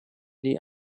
die